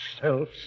self